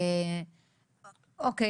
אוקיי